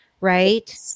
right